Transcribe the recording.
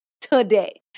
Today